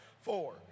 Four